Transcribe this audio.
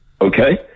okay